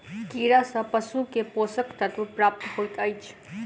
कीड़ा सँ पशु के पोषक तत्व प्राप्त होइत अछि